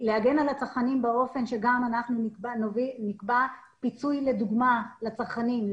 להגן על הצרכנים באופן שגם אנחנו נקבע פיצוי לדוגמה לצרכנים,